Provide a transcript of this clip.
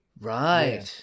Right